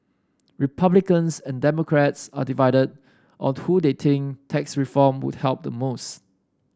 republicans and democrats are divided or two they think tax reform would help the most